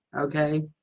Okay